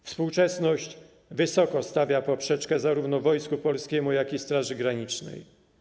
Współczesność wysoko stawia poprzeczkę zarówno Wojsku Polskiemu, jak i Straży Granicznej.